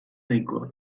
nahikoa